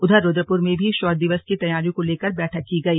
उधर रुद्रपुर में भी शौर्य दिवस की तैयारियों को लेकर बैठक की गई